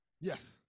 yes